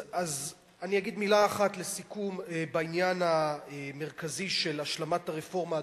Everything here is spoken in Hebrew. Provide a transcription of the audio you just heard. אני אגיד מלה אחת לסיכום בעניין המרכזי של השלמת הרפורמה.